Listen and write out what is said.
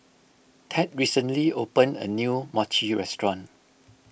Tad recently opened a new Mochi restaurant